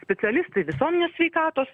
specialistai visuomenės sveikatos